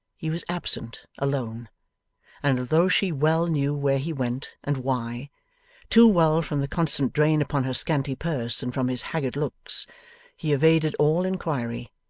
he was absent, alone and although she well knew where he went, and why too well from the constant drain upon her scanty purse and from his haggard looks he evaded all inquiry,